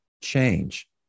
change